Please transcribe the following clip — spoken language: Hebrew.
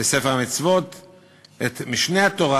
ו"ספר המצוות"; את "משנה תורה"